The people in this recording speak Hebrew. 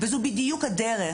וזו בדיוק הדרך,